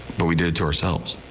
but we did it to ourselves.